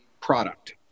product